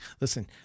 Listen